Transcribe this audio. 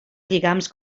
lligams